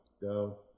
go